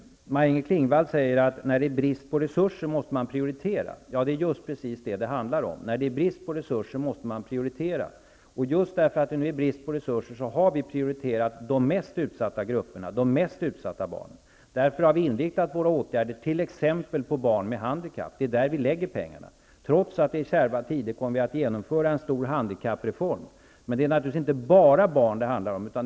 Maj-Inger Klingvall säger, att när det råder brist på resurser måste det ske prioriteringar. Ja, det är just vad detta handlar om. Det är därför att det råder brist på resurser som vi har prioriterat de mest utsatta grupperna och barnen. Vi har just därför inriktat våra åtgärder på t.ex. barn med handikapp. Pengarna läggs på dem. Trots att det är kärva tider kommer vi att genomföra en stor handikappreform. Men det handlar naturligtvis inte bara om barn.